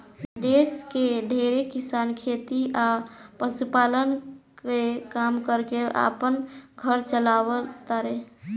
देश के ढेरे किसान खेती आ पशुपालन के काम कर के आपन घर चालाव तारे